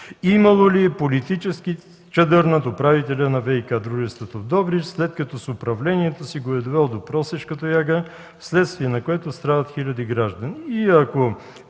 Имало ли е политически чадър над управителя на ВиК дружеството в Добрич, след като с управлението си го е довело до просешка тояга, в следствие на което страдат хиляди граждани?